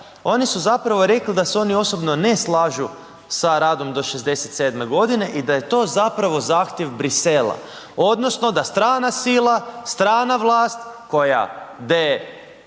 oni su zapravo rekli da se oni osobno ne slažu sa radom do 67. godine i da je to zapravo zahtjev Bruxellesa, odnosno da strana sila, strana vlast, koja de